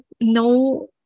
no